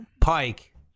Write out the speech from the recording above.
Pike